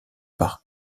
par